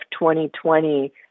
2020